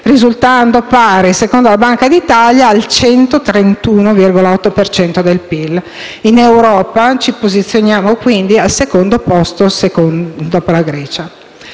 risultando pari, secondo la Banca d'Italia, al 131,8 per cento del PIL. In Europa ci posizioniamo, quindi, al secondo posto dopo la Grecia.